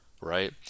right